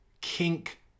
kink